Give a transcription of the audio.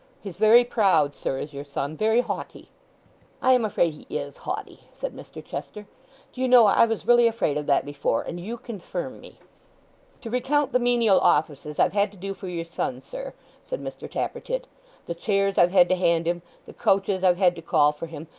he's very proud, sir, is your son very haughty i am afraid he is haughty said mr chester. do you know i was really afraid of that before and you confirm me to recount the menial offices i've had to do for your son, sir said mr tappertit the chairs i've had to hand him, the coaches i've had to call for him,